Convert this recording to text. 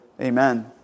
Amen